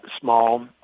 small